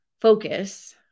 focus